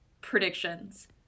predictions